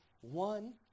one